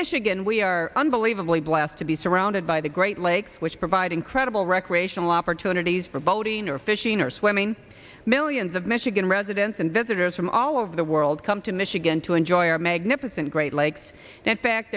michigan we are unbelievably blessed to be surrounded by the great lakes which provide incredible recreational opportunities for boating or fishing or swimming millions of michigan residents and visitors from all over the world come to michigan to enjoy our magnificent great lakes and in fact